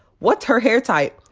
what's her hair type?